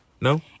No